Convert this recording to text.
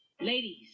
Ladies